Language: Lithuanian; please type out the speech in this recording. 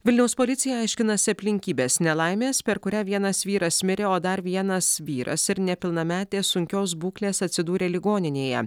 vilniaus policija aiškinasi aplinkybes nelaimės per kurią vienas vyras mirė o dar vienas vyras ir nepilnametė sunkios būklės atsidūrė ligoninėje